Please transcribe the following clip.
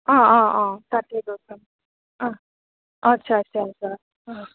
অঁ অঁ অঁ তাকে অঁ আচ্ছা আচ্ছা আচ্ছা অঁ